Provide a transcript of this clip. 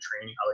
training